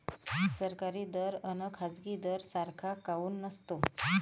सरकारी दर अन खाजगी दर सारखा काऊन नसतो?